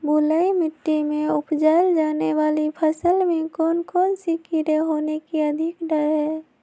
बलुई मिट्टी में उपजाय जाने वाली फसल में कौन कौन से कीड़े होने के अधिक डर हैं?